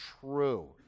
true